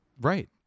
right